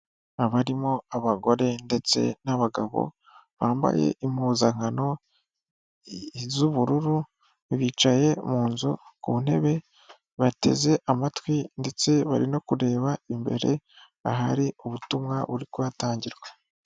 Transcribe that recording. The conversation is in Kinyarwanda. Abarimo abagore ndetse n'abagabo bambaye impuzankano z'ubururu, bicaye mu nzu ku ntebe bateze amatwi ndetse bari no kureba imbere ahari ubutumwa buri kuhatangirwa.